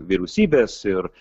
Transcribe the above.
vyriausybės ir